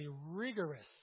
rigorous